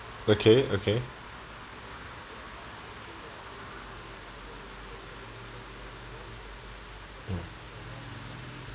okay okay mm